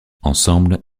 ensemble